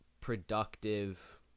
productive